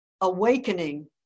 awakening